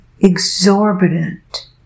exorbitant